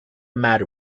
matter